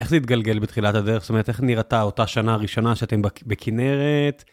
איך זה התגלגל בתחילת הדרך? זאת אומרת, איך נראתה אותה שנה הראשונה שאתם בכ-בכנרת?